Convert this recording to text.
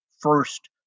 first